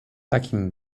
takim